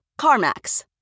CarMax